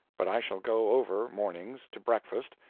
but i shall go over, mornings, to breakfast,